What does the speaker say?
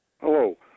Hello